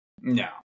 no